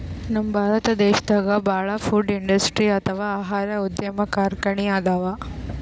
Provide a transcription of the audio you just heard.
ನಮ್ ಭಾರತ್ ದೇಶದಾಗ ಭಾಳ್ ಫುಡ್ ಇಂಡಸ್ಟ್ರಿ ಅಥವಾ ಆಹಾರ ಉದ್ಯಮ್ ಕಾರ್ಖಾನಿ ಅದಾವ